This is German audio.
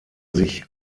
sich